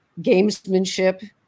gamesmanship